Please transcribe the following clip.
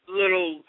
little